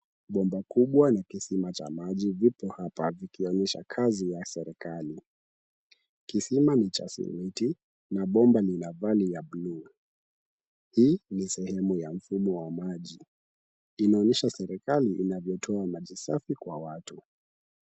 Bomba kubwa la kisima cha maji vipo hapa vikionyesha kazi ya serikali. Kisima ni cha simiti na bomba lina vali ya buluu. Hii ni sehemu ya mfumo wa maji. Inaonyesha serikali inavyotoa maji safi kwa watu.